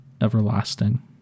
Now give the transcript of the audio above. everlasting